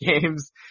games